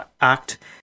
act